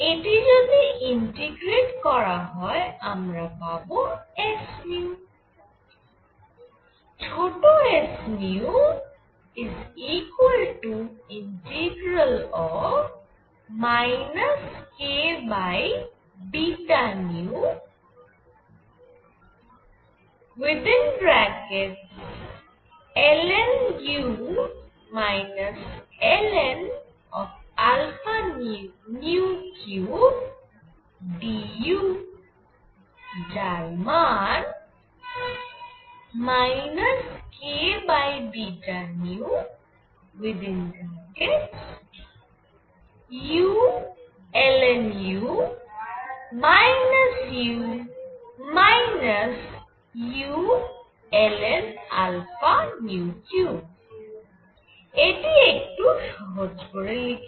এটি যদি ইন্টিগ্রেট করা হয় আমরা পাবো sν ছোট s kβνlnu lnα3du যার মান kβνulnu u ulnα3 এটি একটু সহজ করে লিখি